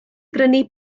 brynu